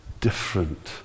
different